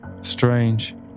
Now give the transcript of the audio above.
strange